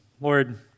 Lord